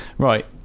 right